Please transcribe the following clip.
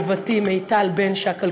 אהובתי מיטל בנשק,